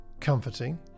comforting